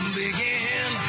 begin